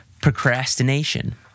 Procrastination